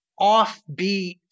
offbeat